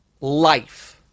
life